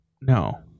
No